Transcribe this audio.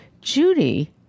Judy